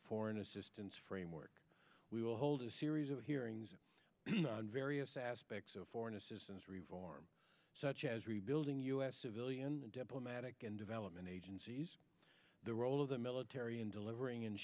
foreign assistance framework we will hold a series of hearings various aspects of foreign assistance revolve arm such as rebuilding u s civilian diplomatic and development agencies the role of the military in delivering